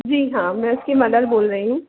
जी हाँ मैं उसकी मदर बोल रही हूँ